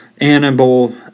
animal